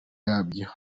yabyo